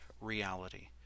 reality